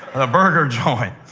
ah burger joint,